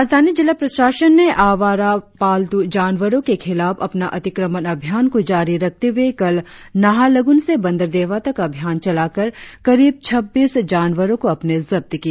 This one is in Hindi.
राजधानी जिला प्रशासन ने आवारा जानवरों के खिलाफ अपना अतिक्रमण अभियान को जारी रखते हुए कल नाहरलगुन से बंदरदेवा तक अभियान चलाकर करीब छब्बीस जानवरों को अपने जब्त किया